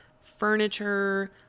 furniture